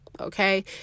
Okay